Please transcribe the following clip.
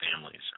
families